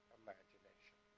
imagination